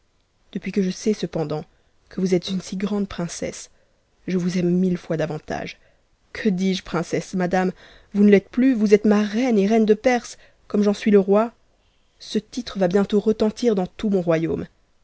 depuis que je sais cependant que vous êtes une si grande princesse je vous aime mille fois davantage que dis-je princesse madame vous ne l'êtes plus vous êtes ma reine et reine de perse comme j'en suis le roi ce titre va bientôt retentir dans tout mon royaume